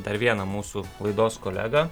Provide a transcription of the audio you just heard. dar vieną mūsų laidos kolegą